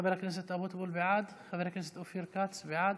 חבר הכנסת אבוטבול, בעד, חבר הכנסת אופיר כץ, בעד,